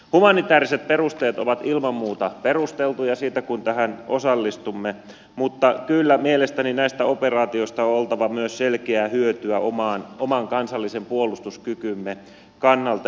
humanitääriset perusteet ovat ilman muuta perusteltuja siltä osin kun tähän osallistumme mutta kyllä mielestäni näistä operaatioista on oltava myös selkeää hyötyä oman kansallisen puolustuskykymme kannalta